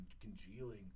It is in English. congealing